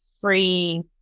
free